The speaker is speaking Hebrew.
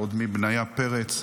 עוד מבניה פרץ,